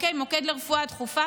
מוקד לרפואה דחופה,